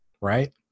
right